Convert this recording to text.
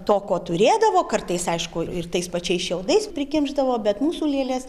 to ko turėdavo kartais aišku ir tais pačiais šiaudais prikimšdavo bet mūsų lėlės